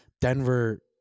Denver